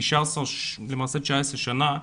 19 שנה,